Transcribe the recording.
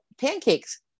Pancakes